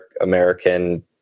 American